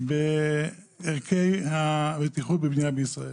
בערכי הבטיחות בבניה בישראל.